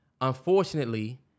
unfortunately